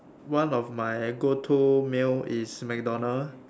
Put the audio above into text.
one of my go to meal is MacDonald's